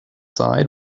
side